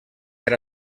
per